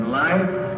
life